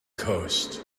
coast